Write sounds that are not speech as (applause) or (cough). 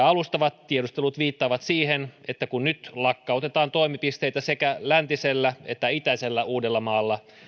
(unintelligible) alustavat tiedustelut viittaavat siihen että kun nyt lakkautetaan toimipisteitä sekä läntisellä että itäisellä uudellamaalla